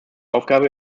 aufgabe